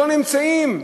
לא נמצאים.